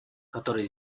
которые